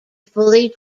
fully